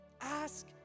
Ask